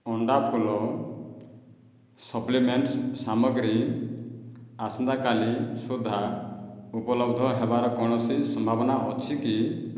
ଅଣ୍ଡା ଫୁଲ ସପ୍ଲିମେଣ୍ଟ ସାମଗ୍ରୀ ଆସନ୍ତାକାଲି ସୁଦ୍ଧା ଉପଲବ୍ଧ ହେବାର କୌଣସି ସମ୍ଭାବନା ଅଛି କି